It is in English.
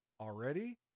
already